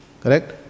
Correct